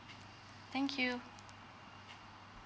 thank you